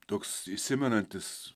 toks įsimenantis